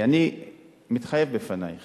אני מתחייב בפנייך